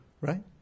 right